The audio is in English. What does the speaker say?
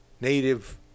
native